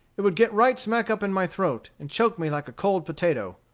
it would get right smack up in my throat, and choke me like a cold potato.